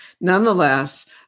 Nonetheless